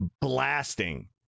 blasting